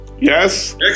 Yes